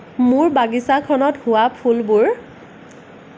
মোৰ বাগিচাখনত হোৱা ফুলবোৰ